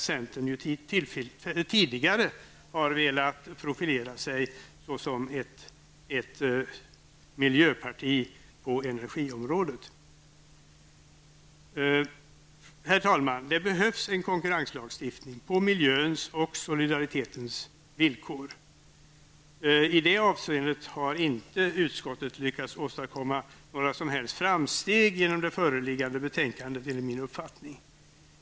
Centern har ju tidigare velat profilera sig som ett miljöparti på energiområdet. Herr talman! Det behövs en konkurrenslagstiftning på miljöns och solidaritetens villkor. I det avseendet har utskottet enligt min uppfattning inte lyckats åstadkomma några som helst framsteg genom det föreliggande betänkandet.